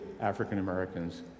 African-Americans